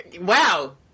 Wow